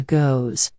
goes